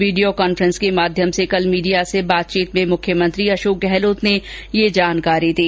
video conferencing के माध्यम से कल शाम मीडिया से बातचीत में मुख्यमंत्री अशोक गहलोत ने यह जानकारी दी